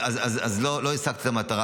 לא השגת את המטרה.